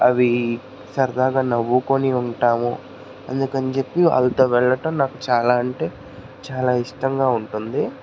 అవి సరదాగా నవ్వుకుని ఉంటాము అందుకని చెప్పి వాళ్ళతో వెళ్లడం నాకు చాలా అంటే చాలా ఇష్టంగా ఉంటుంది